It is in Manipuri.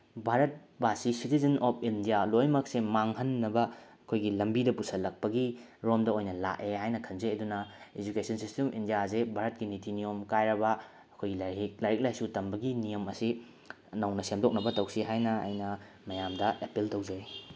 ꯚꯥꯔꯠꯕꯥꯁꯤ ꯁꯤꯇꯤꯖꯦꯟ ꯑꯣꯐ ꯏꯟꯗꯤꯌꯥ ꯂꯣꯏꯅꯃꯛꯁꯦ ꯃꯥꯡꯍꯟꯅꯕ ꯑꯩꯈꯣꯏꯒꯤ ꯂꯝꯕꯤꯗ ꯄꯨꯁꯤꯜꯂꯛꯄꯒꯤ ꯔꯣꯝꯗ ꯑꯣꯏꯅ ꯂꯥꯛꯑꯦ ꯍꯥꯏꯅ ꯈꯟꯖꯩ ꯑꯗꯨꯅ ꯑꯦꯖꯨꯀꯦꯁꯟ ꯁꯤꯁꯇꯦꯝ ꯏꯟꯗꯤꯌꯥꯁꯦ ꯚꯥꯔꯠꯀꯤ ꯅꯤꯇꯤ ꯅꯤꯌꯣꯝ ꯀꯥꯏꯔꯕ ꯑꯩꯈꯣꯏꯒꯤ ꯂꯥꯏꯔꯤꯛ ꯂꯥꯏꯁꯨ ꯇꯝꯕꯒꯤ ꯅꯤꯌꯝ ꯑꯁꯤ ꯅꯧꯅ ꯁꯦꯝꯗꯣꯛꯅꯕ ꯇꯧꯁꯤ ꯍꯥꯏꯅ ꯑꯩꯅ ꯃꯌꯥꯝꯗ ꯑꯦꯄꯤꯜ ꯇꯧꯖꯔꯤ